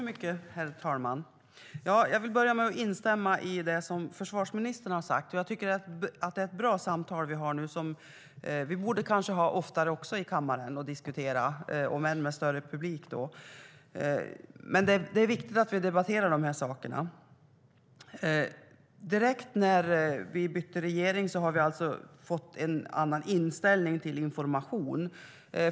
Herr talman! Jag vill börja med att instämma i det som försvarsministern har sagt. Jag tycker att det är ett bra samtal som vi nu har. Vi borde kanske ha det oftare och diskutera i kammaren, om än med större publik. Det är viktigt att vi debatterar de här sakerna. Direkt efter att vi bytte regering har man fått en annan inställning till information.